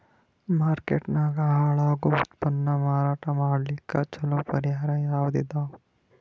Market ನಾಗ ಹಾಳಾಗೋ ಉತ್ಪನ್ನ ಮಾರಾಟ ಮಾಡಲಿಕ್ಕ ಚಲೋ ಪರಿಹಾರ ಯಾವುದ್ ಇದಾವ?